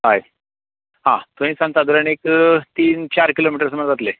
हय आं थंयसान सादारण एक तीन चार किलो मिटर सुमार जातले